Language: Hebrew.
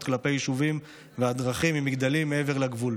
כלפי היישובים והדרכים ממגדלים מעבר לגבול.